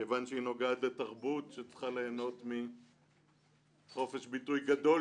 כי היא נוגעת לתרבות שצריכה ליהנות מחופש ביטוי גדול